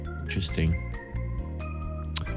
Interesting